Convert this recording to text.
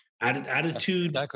Attitude